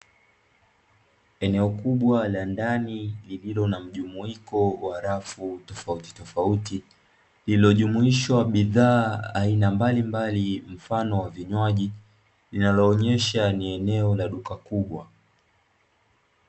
Eneo kubwa la ndani lililo na mjumuiko wa rafu tofautitofauti, iliyojumuhishwa bidhaa aina mbalimbali mfano wa vinywaji, linaloonyesha ni eneo la duka kubwa.